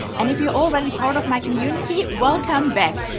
and if you're already part of my community, welcome back!